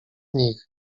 nich